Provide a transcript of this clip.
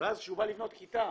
ואז כשהם רוצים לבנות כיתה,